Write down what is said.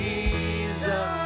Jesus